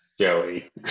Joey